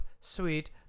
Sweet